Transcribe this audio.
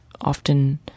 often